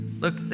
Look